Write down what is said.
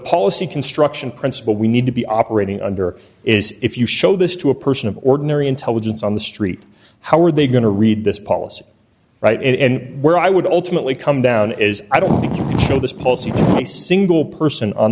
policy construction principle we need to be operating under is if you show this to a person of ordinary intelligence on the street how are they going to read this policy right and where i would ultimately come down as i don't know this policy a single person on